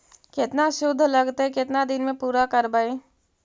केतना शुद्ध लगतै केतना दिन में पुरा करबैय?